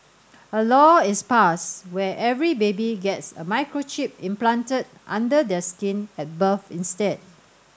a law is passed where every baby gets a microchip implanted under their skin at birth instead